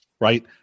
Right